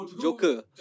Joker